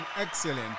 excellent